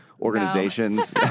organizations